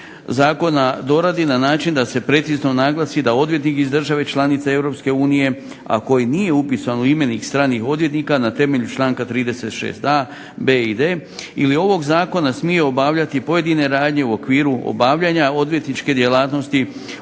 zakona doradi na način da se precizno naglasi da odvjetnik iz države članice EU, a koji nije upisan u imenik stranih odvjetnika na temelju članka 36.a, b i d ovog zakona smije obavljati pojedine radnje u okviru obavljanja odvjetničke djelatnosti